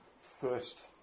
first